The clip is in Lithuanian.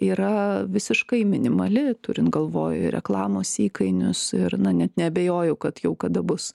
yra visiškai minimali turint galvoj reklamos įkainius ir na ne neabejoju kad jau kada bus